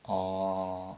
orh